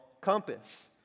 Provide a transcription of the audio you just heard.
compass